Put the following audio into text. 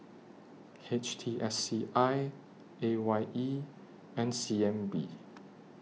H T S C I A Y E and C N B